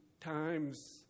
times